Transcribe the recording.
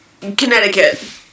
connecticut